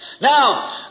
Now